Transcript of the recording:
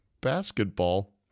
basketball